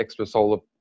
extrasolar